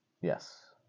Yes